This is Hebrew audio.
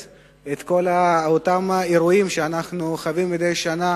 את אותם אירועים שאנחנו חווים מדי שנה,